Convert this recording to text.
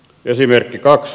esimerkki kaksi